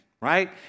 right